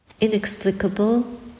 inexplicable